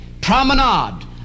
promenade